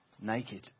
Naked